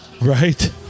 Right